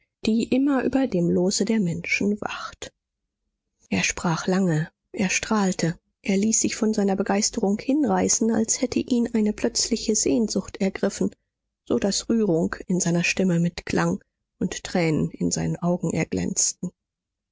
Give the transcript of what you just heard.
die immer über dem lose der menschen wacht er sprach lange er strahlte er ließ sich von seiner begeisterung hinreißen als hätte ihn eine plötzliche sehnsucht ergriffen so daß rührung in seiner stimme mitklang und tränen in seinen augen erglänzten